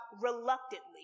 reluctantly